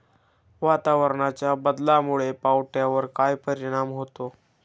वातावरणाच्या बदलामुळे पावट्यावर काय परिणाम होतो?